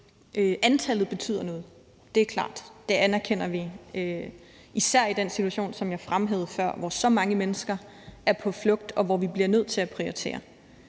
Antallet betyder noget, det er klart, og det anerkender vi, og det gælder især i den situation, som jeg fremhævede før, hvor så mange mennesker er på flugt, og hvor vi bliver nødt til at prioritere.